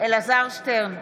אלעזר שטרן,